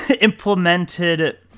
implemented